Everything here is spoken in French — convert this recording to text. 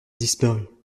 disparut